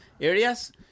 areas